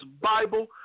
Bible